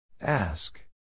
Ask